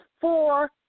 four